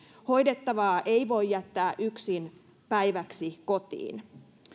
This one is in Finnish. hoidettavaa ei voi jättää yksin päiväksi kotiin